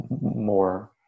more